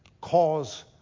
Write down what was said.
cause